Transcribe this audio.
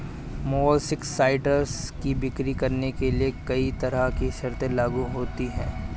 molluscicides की बिक्री करने के लिए कहीं तरह की शर्तें लागू होती है